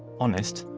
honest,